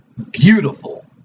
Beautiful